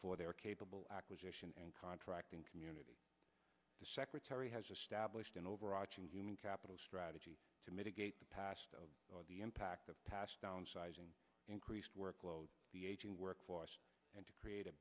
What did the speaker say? for their capable acquisition and contracting community the secretary has established an overarching human capital strategy to mitigate the past of the impact of past downsizing increased workload the aging workforce and to create a